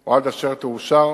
או עד אשר תאושר